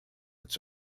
its